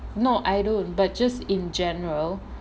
no I don't but just in general